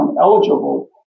eligible